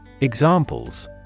Examples